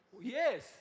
Yes